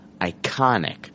iconic